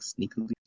sneakily